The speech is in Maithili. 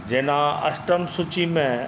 जेना अष्टम सूचीमे